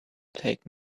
take